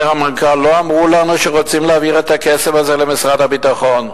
אומר המנכ"ל: לא אמרו לנו שרוצים להעביר את הכסף הזה למשרד הביטחון.